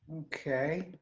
okay.